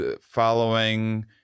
following